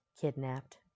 kidnapped